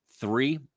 three